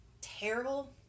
terrible